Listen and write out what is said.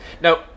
now